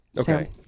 Okay